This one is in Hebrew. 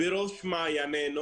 בראש מעניינו